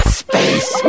space